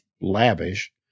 lavish